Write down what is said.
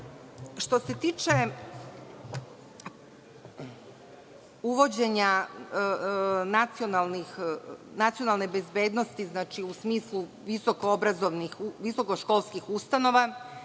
se tiče uvođenja nacionalne bezbednosti u smislu visokoškolskih ustanova,